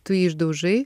tu jį išdaužai